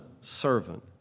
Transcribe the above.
servant